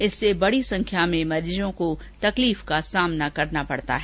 इससे बड़ी संख्या में मरीजों को तकलीफ का सामना करना पड़ता है